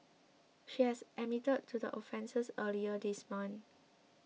she had admitted to the offences earlier this month